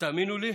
תאמינו לי,